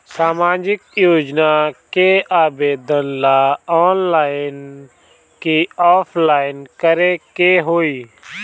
सामाजिक योजना के आवेदन ला ऑनलाइन कि ऑफलाइन करे के होई?